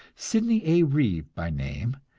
sidney a. reeve by name,